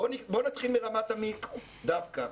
בואו נתחיל מרמת המיקרו דווקא.